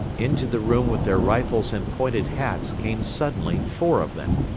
into the room with their rifles and pointed hats came suddenly four of them.